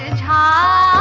ah da